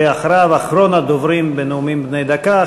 ואחריו אחרון הדוברים בנאומים בני דקה,